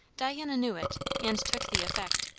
diana knew it, and took the effect,